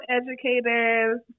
educators